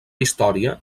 història